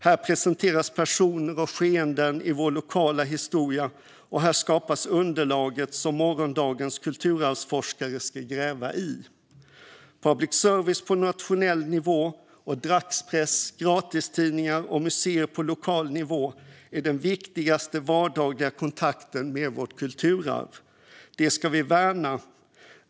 Här presenteras personer och skeenden i vår lokala historia, och här skapas underlaget som morgondagens kulturarvsforskare ska gräva i. Public service på nationell nivå och dagspress, gratistidningar och museer på lokal nivå är den viktigaste vardagliga kontakten med vårt kulturarv. Detta ska vi värna.